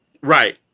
right